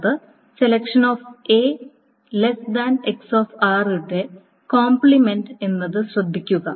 എന്നത് യുടെ കോംപ്ലിമൻറ് എന്നത് ശ്രദ്ധിക്കുക